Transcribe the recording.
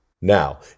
Now